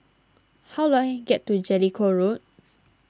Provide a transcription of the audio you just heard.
how do I get to Jellicoe Road